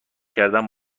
کردن